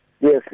Yes